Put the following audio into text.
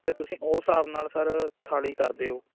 ਅਤੇ ਤੁਸੀਂ ਓਹ ਹਿਸਾਬ ਨਾਲ ਸਰ ਥਾਲੀ ਕਰ ਦਿਓ